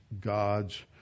gods